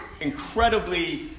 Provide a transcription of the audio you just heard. incredibly